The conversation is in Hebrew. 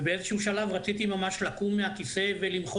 ובאיזשהו שלב רציתי ממש לקום מהכיסא ולמחוא